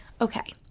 Okay